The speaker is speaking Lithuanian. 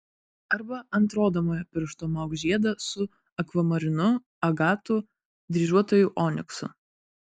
arba ant rodomojo piršto mauk žiedą su akvamarinu agatu dryžuotuoju oniksu